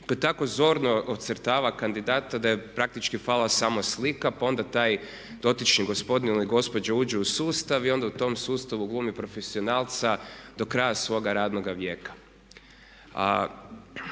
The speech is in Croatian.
koji tako zorno ocrtava kandidata da je praktički falila samo slika. Pa onda taj dotični gospodin ili gospođa uđu u sustav i onda u tom sustavu glumi profesionalca do kraja svoga radnoga vijeka.